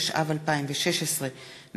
התשע"ו 2016,